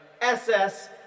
SS